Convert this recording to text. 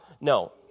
No